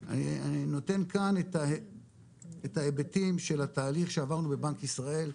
אני נותן כאן את ההיבטים של התהליך שעברנו בבנק ישראל,